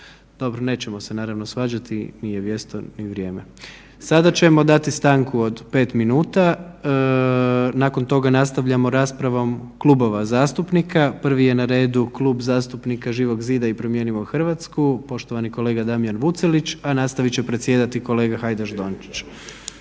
Dobro, nećemo se naravno svađati, nije mjesto ni vrijeme. Sada ćemo dati stanku od 5 minuta, nakon toga nastavljamo raspravom klubova zastupnika. Prvi je na redu Klub zastupnika Živog zida i Promijenimo Hrvatsku, poštovani kolega Damijan Vucelić, a nastavit će predsjedati kolega Hajdaš Dončić.